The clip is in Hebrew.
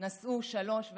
נסעו שלוש,